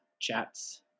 chats